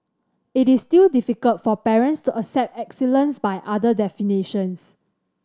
it is still difficult for parents to accept excellence by other definitions